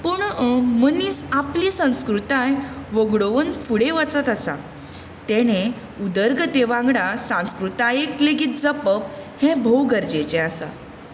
पूण मनीस आपली संस्कृताय वगडावून फुडें वचत आसा तेणें उदरगते वांगडा सांस्कृतायेक लेगीत जपप हें भोव गरजेचें आसा